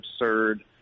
absurd